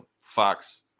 fox